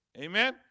Amen